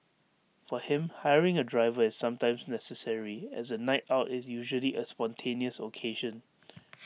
for him hiring A driver is sometimes necessary as A night out is usually A spontaneous occasion